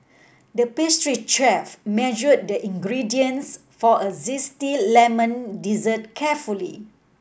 the pastry chef measured the ingredients for a zesty lemon dessert carefully